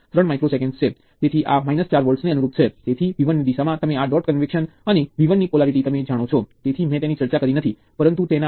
હવે પછી શું કરશુ આપણે જુદા જુદા તત્વો લઈશું જે આપણે એક પછી એક જાણીએ છીએ અને જોશું કે જ્યારે તેઓ સીરિઝ માં જોડાયેલા હોય ત્યારે શું થશે